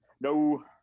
no